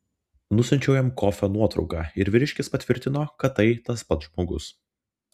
nusiunčiau jam kofio nuotrauką ir vyriškis patvirtino kad tai tas pats žmogus